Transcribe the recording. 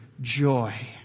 joy